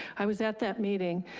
i was at that meeting.